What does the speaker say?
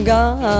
Gone